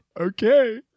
Okay